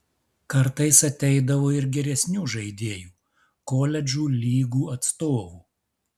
kartais ateidavo ir geresnių žaidėjų koledžų lygų atstovų